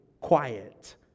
quiet